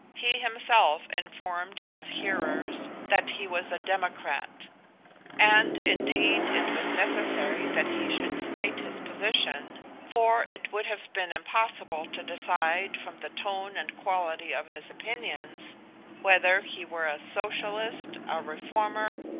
he himself informed his hearers that he was a democrat and, indeed, it was necessary that he should state his position, for it would have been impossible to decide from the tone and quality of his opinions whether he were a socialist, a reformer,